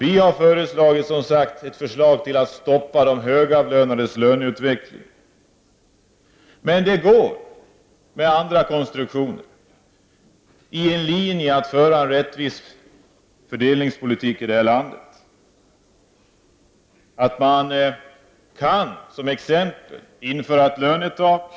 Vi har som sagt föreslagit att man skall stoppa de högavlönades löneutveckling. Men det går med andra konstruktioner i linje med strävandena att föra en rättvis fördelningspolitik här i landet. Man kan t.ex. införa ett lönetak.